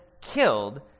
killed